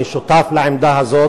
אני שותף לעמדה הזאת.